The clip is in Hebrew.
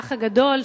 "האח הגדול",